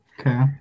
Okay